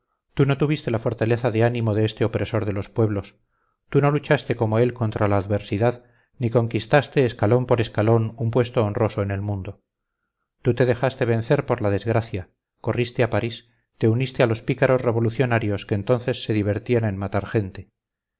tú no tuviste la fortaleza de ánimo de este opresor de los pueblos tú no luchaste como él contra la adversidad ni conquistaste escalón por escalón un puesto honroso en el mundo tú te dejaste vencer por la desgracia corriste a parís te uniste a los pícaros revolucionarios que entonces se divertían en matar gente